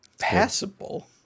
Passable